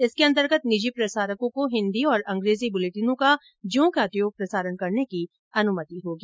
इसके अंतर्गत निजी प्रसारकों को हिन्दी और अंग्रेजी बुलेटिनों का ज्यों का त्यों प्रसारण करने की अनुमति होगी